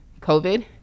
covid